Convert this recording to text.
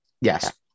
Yes